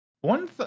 one